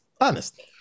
honest